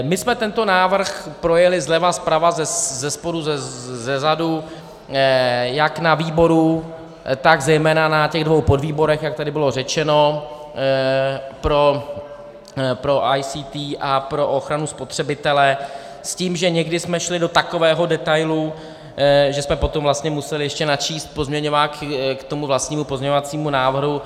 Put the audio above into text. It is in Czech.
My jsme tento návrh projeli zleva, zprava, zespodu, zezadu jak na výboru, tak zejména na dvou podvýborech, jak tady bylo řečeno, pro ICT a pro ochranu spotřebitele, s tím, že někdy jsme šli do takového detailu, že jsme potom vlastně museli ještě načíst pozměňováky k tomu vlastnímu pozměňovacímu návrhu.